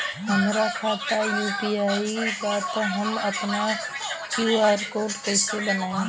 हमार खाता यू.पी.आई बा त हम आपन क्यू.आर कोड कैसे बनाई?